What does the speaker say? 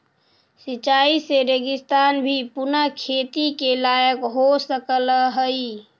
सिंचाई से रेगिस्तान भी पुनः खेती के लायक हो सकऽ हइ